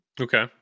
Okay